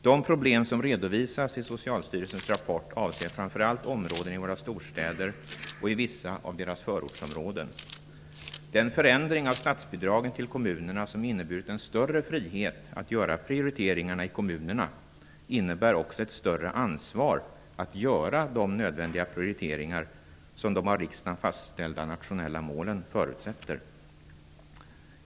De problem som redovisas i Socialstyrelsens rapport avser framför allt områden i våra storstäder och i vissa av deras förortsområden. Förändringen av statsbidragen till kommunerna, som har inneburit en större frihet att göra prioriteringarna i kommunerna, innebär också ett större ansvar att göra de nödvändiga prioriteringar som de av riksdagen fastställda nationella målen förutsätter.